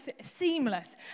seamless